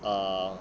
err